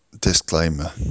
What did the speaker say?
disclaimer